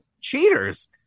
cheaters